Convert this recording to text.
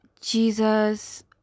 Jesus